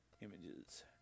Images